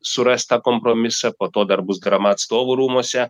surast tą kompromisą po to dar bus drama atstovų rūmuose